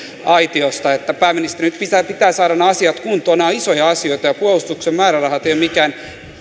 aitiosta niin että pääministeri nyt pitää pitää saada nämä asiat kuntoon nämä ovat isoja asioita ja puolustuksen määrärahat eivät ole mikään